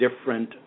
different